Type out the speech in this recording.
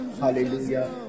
Hallelujah